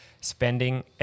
spending